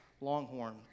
longhorn